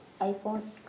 iphone